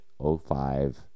05